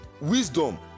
wisdom